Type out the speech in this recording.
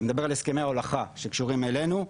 מדבר על הסכמי ההולכה שקשורים אלינו,